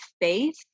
faith